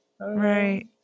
Right